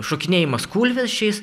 šokinėjimas kūlversčiais